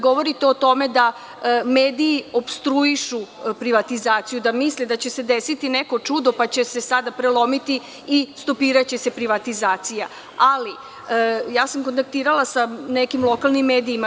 Govorite o tome da mediji opstruišu privatizaciju, da misle da će se desiti neko čudo, pa će se sada prelomiti i stopiraće se privatizacija, ali kontaktirala sam sa nekim lokalnim medijima.